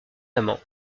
amant